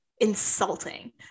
insulting